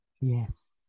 Yes